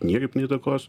niekaip neįtakos